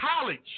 college